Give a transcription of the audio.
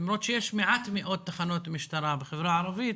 למרות שיש מעט מאוד תחנות משטרה בחברה הערבית,